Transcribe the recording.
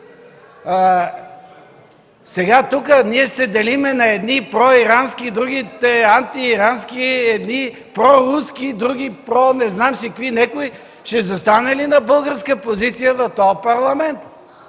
Сега ние тук се делим на едни проирански, други – антиирански, едни – проруски, други – про- не знам си какви, някой ще застане ли на българска позиция в този парламент?